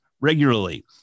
regularly